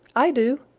i do!